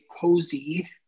cozy